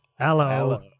Hello